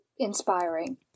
Inspiring